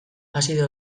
azido